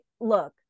look